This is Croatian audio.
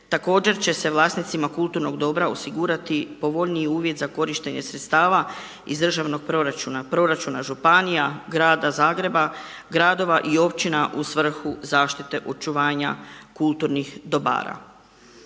Također će se vlasnicima kulturnog dobra osigurati povoljniji uvjet za korištenje sredstava iz državnog proračuna, proračuna županija, grada Zagreba, gradova i općina u svrhu zaštite očuvanja kulturnih dobara